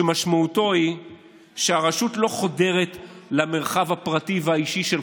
שמשמעותו היא שהרשות לא חודרת למרחב הפרטי והאישי שלך.